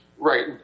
Right